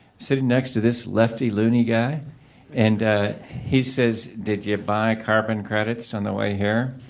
sitting next to this lefty, looney guy and he says, did you guy carbon credits on the way here?